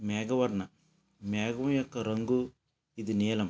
మేఘవర్ణ మేఘం యొక్క రంగు ఇది నీలం